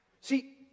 See